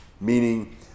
meaning